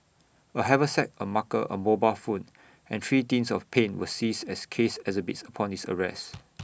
A haversack A marker A mobile phone and three tins of paint were seized as case exhibits upon his arrest